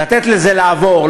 ניתן לזה לעבור.